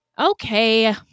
Okay